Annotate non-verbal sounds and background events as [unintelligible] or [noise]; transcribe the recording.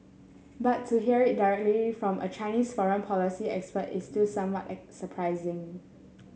but to hear it directly from a Chinese foreign policy expert is still somewhat [unintelligible] surprising